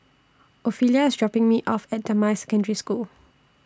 Ofelia IS dropping Me off At Damai Secondary School